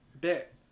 bit